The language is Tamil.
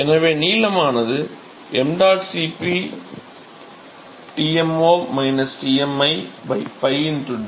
எனவே நீளமானது ṁ Cp Tmo Tmi 𝞹 d